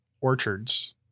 orchards